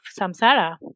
samsara